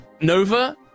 nova